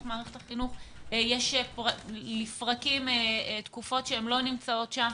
מערכת החינוך יש לפרקים תקופות שהן לא נמצאות שם.